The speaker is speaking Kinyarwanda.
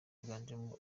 wiganjemo